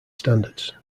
standards